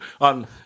On